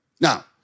Now